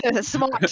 smart